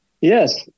Yes